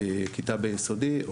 בכיתה ביסודי,